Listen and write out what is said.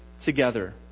together